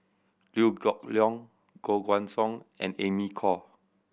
Liew Geok Leong Koh Guan Song and Amy Khor